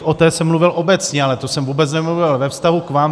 O té jsem mluvil obecně, ale to jsem vůbec nemluvil ve vztahu k vám.